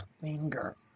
finger